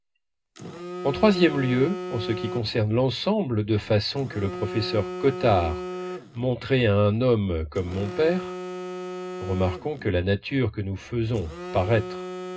en troisième lieu en ce qui concerne l'ensemble de façons que le professeur cottard montrait à un homme comme mon père remarquons que la nature que nous faisons